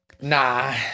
nah